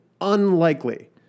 unlikely